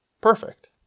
perfect